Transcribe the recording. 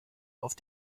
auf